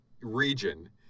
region